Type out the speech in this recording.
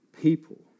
people